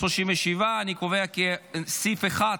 37. אני קובע כי סעיף 1,